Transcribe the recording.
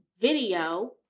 video